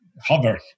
hover